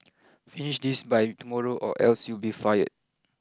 finish this by tomorrow or else you'll be fired